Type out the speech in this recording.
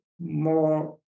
more